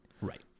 Right